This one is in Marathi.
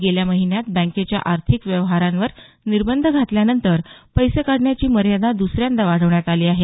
गेल्या महिन्यात बँकेच्या आर्थिक व्यवहारांवर निर्बंध घातल्यानंतर पैसे काढण्याची मर्यादा दुसऱ्यांदा वाढवण्यात आली आहे